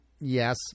yes